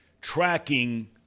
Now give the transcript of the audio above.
tracking –